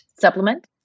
Supplement